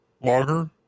lager